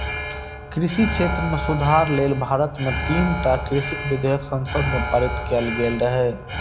कृषि क्षेत्र मे सुधार लेल भारत मे तीनटा कृषि विधेयक संसद मे पारित कैल गेल रहै